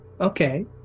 okay